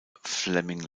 flemming